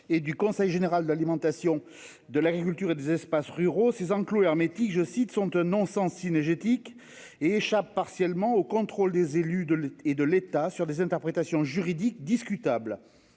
et du conseil général de l'alimentation de l'agriculture et des espaces ruraux ces enclos hermétique je cite sont un non-sens cynégétique et échappent partiellement au contrôle des élus de l'et de l'État sur des interprétations juridiques discutable.